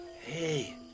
Hey